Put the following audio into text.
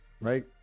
right